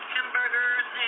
Hamburgers